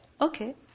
Okay